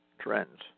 trends